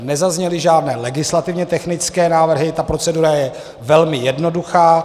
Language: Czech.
Nezazněly žádné legislativně technické návrhy, ta procedura je velmi jednoduchá.